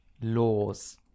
laws